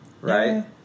right